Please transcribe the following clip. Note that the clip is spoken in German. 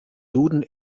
duden